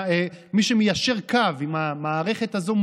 מי שמיישר קו עם המערכת הזו,